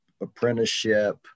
apprenticeship